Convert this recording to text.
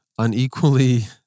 unequally